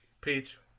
Peach